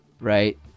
right